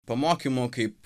pamokymų kaip